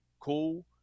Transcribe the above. cool